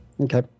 Okay